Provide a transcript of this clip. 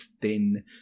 thin